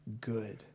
good